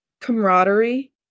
camaraderie